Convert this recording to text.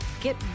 Get